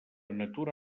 natura